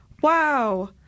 Wow